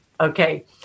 Okay